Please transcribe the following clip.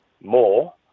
more